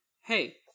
Hey